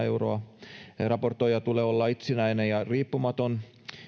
euroa raportoijan tulee olla itsenäinen ja riippumaton